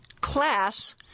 class